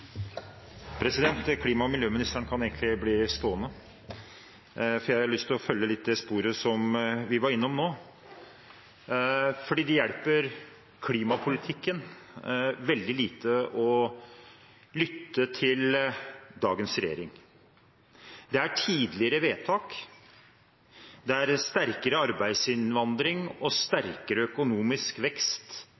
Klima- og miljøministeren kan bli stående, for jeg har lyst til å følge det sporet vi var innom nå. Det hjelper klimapolitikken veldig lite å lytte til dagens regjering. Det er tidligere vedtak, det er sterkere arbeidsinnvandring, og